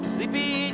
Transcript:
Sleepy